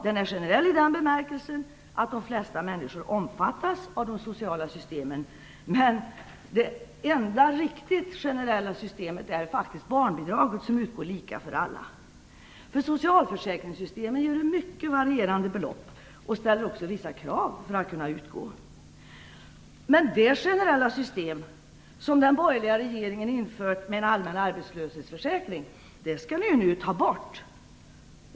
Den är generell i den bemärkelsen att de flesta människor omfattas av de sociala systemen, men det enda riktigt generella systemet är faktiskt barnbidraget som utgår lika för alla. Socialförsäkringssystemen ger mycket varierande belopp och ställer också vissa krav för att ersättning skall kunna utgå. Det generella system som den borgerliga regeringen införde med en allmän arbetslöshetsförsäkring skall ni nu ta bort.